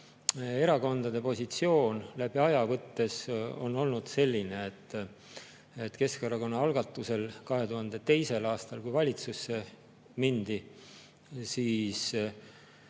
erakondade positsioon läbi aja võttes on olnud selline, et Keskerakonna algatusel 2002. aastal, kui valitsusse mindi, seisti